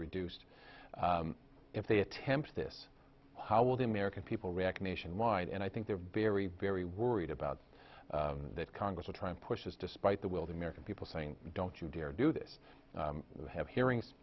reduced if they attempt this how will the american people react nationwide and i think they're very very worried about that congress will try to push this despite the will the american people saying don't you dare do this you have hearings